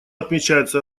отмечается